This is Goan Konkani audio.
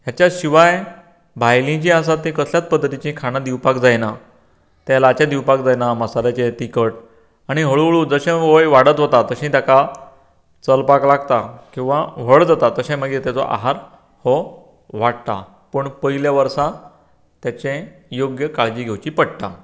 हेच्या शिवाय भायलीं जे आसा तीं कसल्याच पद्दतिचे खाणां दिवपाक जायना तेलांचे दिवपाक जायना मसाल्याचे तिकट आनी हळू हळू जशें वय वाडत वता तशी ताका चलपाक लागता किंवां व्हड जाता तशें मागीर ताचो आहार हो वाडटा पूण पयल्या वर्साक तेचे योग्य काळजी घेवची पडटा